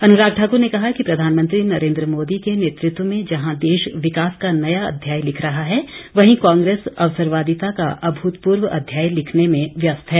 अनुराग ठाक्र ने कहा कि प्रधानमंत्री नरेंद्र मोदी के नेतृत्व में जहां देश विकास का नया अध्याय लिख रहा है वहीं कांग्रेस अवसरवादिता का अभूतपूर्व अध्याय लिखने में व्यस्त है